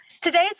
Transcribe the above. Today's